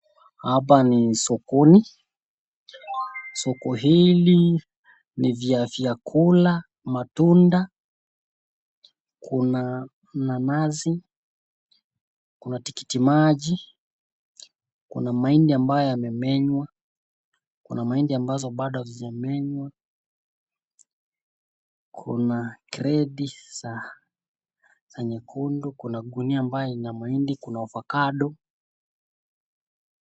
Hapa ni sokoni, soko hivi ni vya vyakula, matunda, kuna nanasi, kuna tikiti maji, kuna mahindi ambayo yamemenywa kuna mahindi ambazo bado hazijamenywa, kuna kreti za nyekundu kuna gunia ambayo ni ya mahindi kuna avocado.